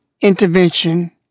intervention